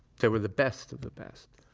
they were the best of the best.